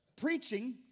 Preaching